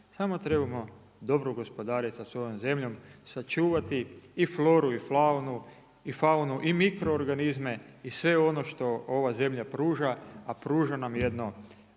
samo trebamo dobro gospodariti sa svojom zemljom sačuvati i floru i faunu i mikroorganizme i sve ono što ova zemlja pruža a pruža nam jedno